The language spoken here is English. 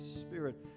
Spirit